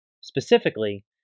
Specifically